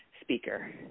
speaker